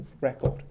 record